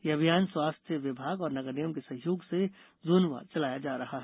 यह अभियान स्वास्थ्य विभाग और नगर निगम के सहयोग से झोनवार चलाया जा रहा है